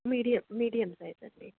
medium medium size అండి